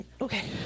okay